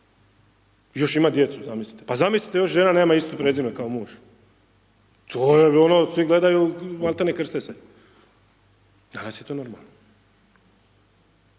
još imat djecu zamislite, pa zamislite još žena nema isto prezime kao muž, to je ono, gledaju, malte ne krste se, danas je to normalno.